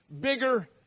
bigger